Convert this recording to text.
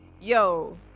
yo